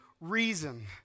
reason